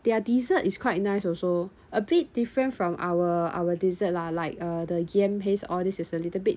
their dessert is quite nice also a bit different from our our dessert lah like uh the yam paste all this is a little bit